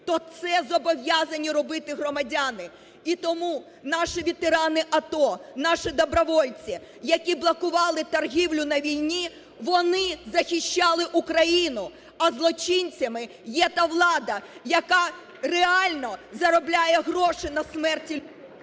то це зобов'язані робити громадяни. І тому наші ветерани АТО, наші добровольці, які блокували торгівлю на війні, вони захищали Україну, а злочинцями є та влада, яка реально заробляє гроші на смерті…